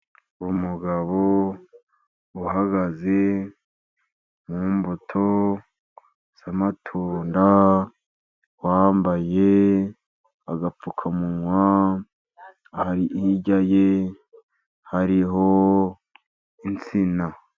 Umugabo uhagaze mu mbuto z'amatunda wambaye agapfukamunwa, hirya ye hariho insina.